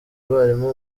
abarimu